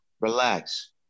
Relax